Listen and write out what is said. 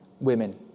women